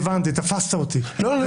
הדבר היחיד שהפתיע אותי זה